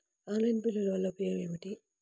Online బిల్లుల వల్ల ఉపయోగమేమిటీ?